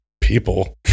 people